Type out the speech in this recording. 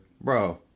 Bro